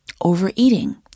Overeating